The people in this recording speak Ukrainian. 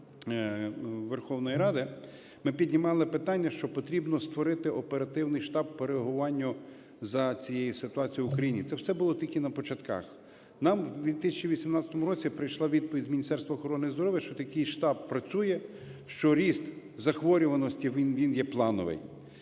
Верховної Ради ми піднімали питання, що потрібно створити оперативний штаб по реагуванню за цією ситуацією в Україні. Це все було тільки на початках. Нам в 2018 році прийшла відповідь з Міністерства охорони здоров'я, що такий штаб працює, що ріст захворюваності, він є плановий.